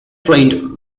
trained